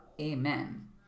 Amen